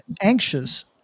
anxious